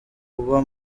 uba